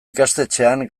ikastetxean